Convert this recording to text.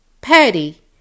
Patty